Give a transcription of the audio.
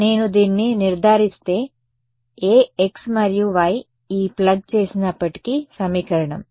నేను దీన్ని నిర్ధారిస్తే ఏ x మరియు y ఈ ప్లగ్ చేసినప్పటికీ సమీకరణం